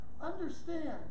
Understand